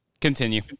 Continue